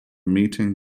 meeting